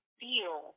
feel